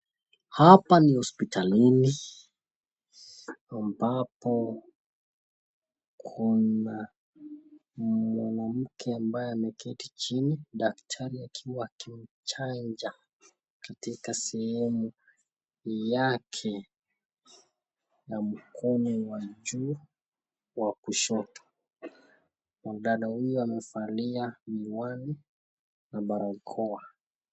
Hapa ni hospitalini ambapo kuna mwanamke ambaye ameketi chini ,daktari akiwa akimchanja katika sehemu yake ya mkono wake wa juu wa kushoto ,mwanadada huyu amevalia miwani na barakoa.